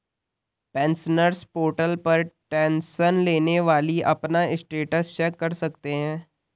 pensioners portal पर tension लेने वाली अपना स्टेटस चेक कर सकते हैं